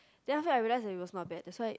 then after that I realise it was not bad that why